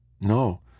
No